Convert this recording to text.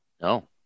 No